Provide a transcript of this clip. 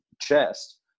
chest